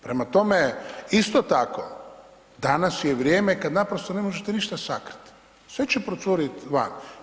Prema tome, isto tako danas je vrijeme kad naprosto ne možete ništa sakriti, sve će procuriti van.